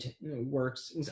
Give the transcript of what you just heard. works